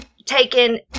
Taken